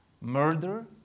murder